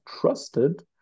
trusted